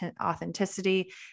authenticity